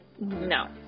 no